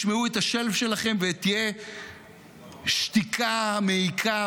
ישמעו את השם שלכם ותהיה שתיקה מעיקה,